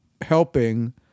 helping